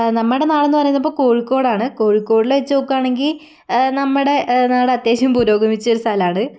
നമ്മുടെ നാടെന്നു പറയുന്നത് ഇപ്പം കോഴിക്കോടാണ് കോഴിക്കോടിൽ വെച്ചു നോക്കുകയാണെങ്കിൽ നമ്മുടെ നാട് അത്യാവശ്യം പുരോഗമിച്ച ഒരു സ്ഥലമാണ്